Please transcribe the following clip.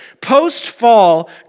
post-fall